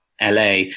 LA